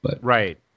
Right